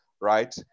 right